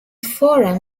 forum